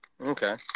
Okay